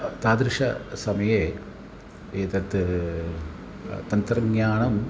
तादृशसमये एतत् तन्त्रज्ञानम्